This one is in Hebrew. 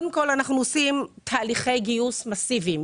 אנחנו עושים תהליכי גיוס מאסיביים.